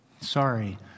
Sorry